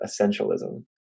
essentialism